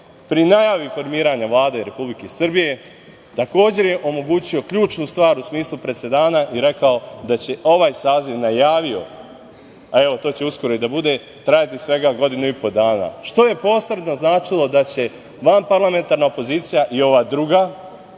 pri najavi formiranja Vlade Republike Srbije, takođe je omogućio ključnu stvar u smislu presedana i rekao da će ovaj saziv, najavio, a evo to će uskoro i da bude, trajati svega godinu i po dana, što je posredno značilo da će vanparlamentarna opozicija i ova druga,